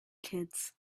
kids